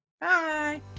Bye